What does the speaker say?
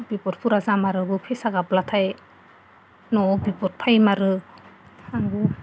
बिपदफोरा जामारोबो फेसा गाबब्लाथाय न'आव बिपद फैमारो आंबो